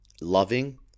loving